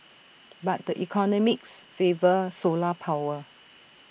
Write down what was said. but the economics favour solar power